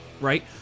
right